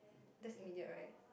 that's immediate right